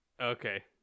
Okay